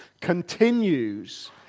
continues